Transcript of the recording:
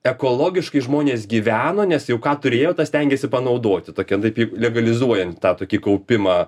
ekologiškai žmonės gyveno nes jau ką turėjo tą stengėsi panaudoti tokias taip legalizuojant tą tokį kaupimą